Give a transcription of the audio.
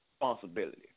responsibility